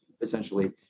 essentially